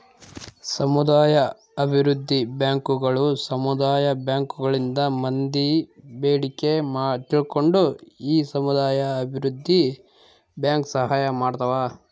ಸಮುದಾಯ ಅಭಿವೃದ್ಧಿ ಬ್ಯಾಂಕುಗಳು ಸಮುದಾಯ ಬ್ಯಾಂಕ್ ಗಳಿಂದ ಮಂದಿ ಬೇಡಿಕೆ ತಿಳ್ಕೊಂಡು ಈ ಸಮುದಾಯ ಅಭಿವೃದ್ಧಿ ಬ್ಯಾಂಕ್ ಸಹಾಯ ಮಾಡ್ತಾವ